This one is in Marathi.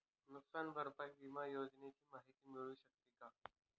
नुकसान भरपाई विमा योजनेची माहिती मिळू शकते का?